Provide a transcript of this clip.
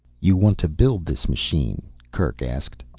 you want to build this machine? kerk asked.